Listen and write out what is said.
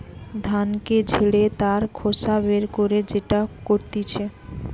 ধানকে ঝেড়ে তার খোসা বের করে যেটা করতিছে